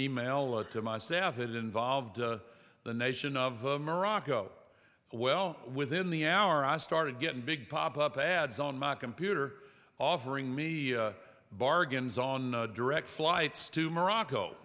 email it to my staff it involved the nation of morocco well within the hour i started getting big pop up ads on my computer offering me bargains on direct flights to morocco